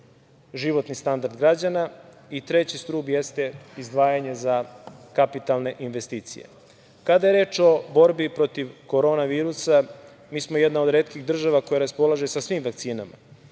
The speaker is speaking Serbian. životni standard građana i treći stub jeste izdvajanje za kapitalne investicije. Kada je reč o borbi protiv korona virusa mi smo jedna od retkih država koja raspolaže sa svim vakcinama.